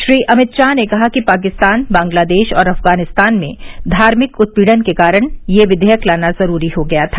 श्री अमित शाह ने कहा कि पाकिस्तान बांग्लादेश और अफगानिस्तान में धार्मिक उत्पीड़न के कारण ये विधेयक लाना जरूरी हो गया था